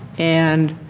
and